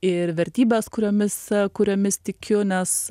ir vertybes kuriomis kuriomis tikiu nes